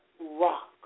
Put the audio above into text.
rock